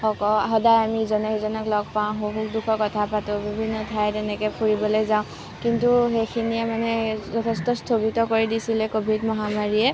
সদায় আমি ইজনে সিজনক লগ পাওঁ সুখ দুখৰ কথা পাতোঁ বিভিন্ন ঠাইত এনেকৈ ফুৰিবলৈ যাওঁ কিন্তু সেইখিনিয়ে মানে যথেষ্ট স্থগিত কৰি দিছিলে ক'ভিড মহামাৰীয়ে